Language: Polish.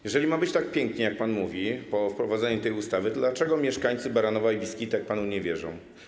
Jeżeli ma być tak pięknie, jak pan mówi, po wprowadzeniu tej ustawy, to dlaczego mieszkańcy Baranowa i Wiskitek panu nie wierzą?